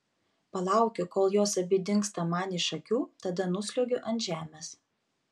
palaukiu kol jos abi dingsta man iš akių tada nusliuogiu ant žemės